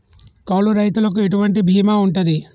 కౌలు రైతులకు ఎటువంటి బీమా ఉంటది?